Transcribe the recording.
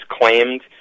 claimed